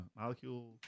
molecule